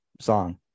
song